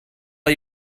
are